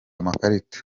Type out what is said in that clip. amakarita